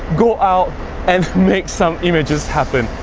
go out and make some images happen!